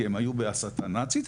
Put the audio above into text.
כי הם היו בהסתה נאצית,